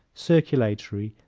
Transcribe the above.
circulatory,